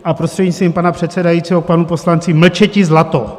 A prostřednictvím pana předsedajícího k panu poslanci mlčeti zlato.